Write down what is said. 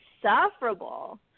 insufferable